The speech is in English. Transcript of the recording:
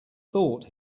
thought